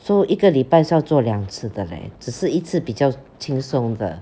so 一个礼拜是要做两次的 leh 只是一次比较轻松的